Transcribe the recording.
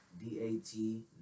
D-A-T